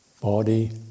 body